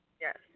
Yes